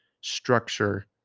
structure